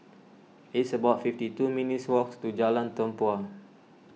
It's about fifty two minutes' walk to Jalan Tempua